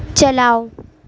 چلاؤ